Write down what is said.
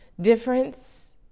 difference